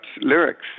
lyrics